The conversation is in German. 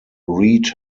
reid